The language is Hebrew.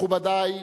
מכובדי,